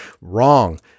Wrong